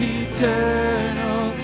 eternal